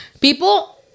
people